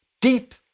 deep